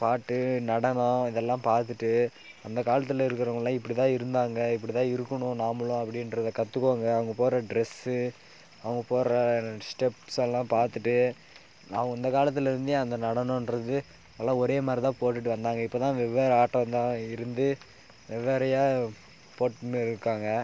பாட்டு நடனம் இதெல்லாம் பார்த்துட்டு அந்த காலத்தில் இருக்கிறவங்கள்லாம் இப்படி தான் இருந்தாங்க இப்படி தான் இருக்கணும் நாமளும் அப்படின்றத கற்றுக்கோங்க அவங்க போடுற ட்ரெஸ்ஸு அவங்க போடுற ஸ்டெப்ஸ்ஸெல்லாம் பார்த்துட்டு அவங்க அந்த காலத்தில் இருந்தே அந்த நடனம்கிறது எல்லாம் ஒரே மாதிரி தான் போட்டுகிட்டு வந்தாங்க இப்போ தான் வெவ்வேறு ஆட்டம் தான் இருந்து வெவ்வேறயாக போட்டுகின்னு இருக்காங்க